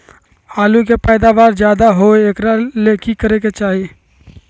आलु के पैदावार ज्यादा होय एकरा ले की करे के चाही?